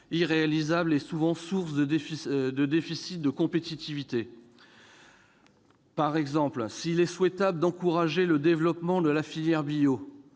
irréalistes et souvent sources de déficit de compétitivité. Par exemple, s'il est souhaitable d'encourager le développement de la filière bio,